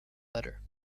letter